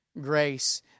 grace